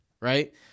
Right